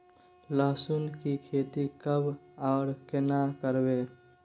लहसुन की खेती कब आर केना करबै?